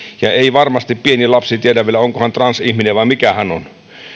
ja ei varmasti pieni lapsi tiedä vielä onko hän transihminen vai mikä hän on